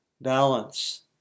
balance